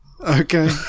Okay